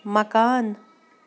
مکان